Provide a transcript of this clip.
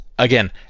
Again